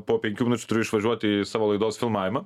po penkių minučių turiu išvažiuot į savo laidos filmavimą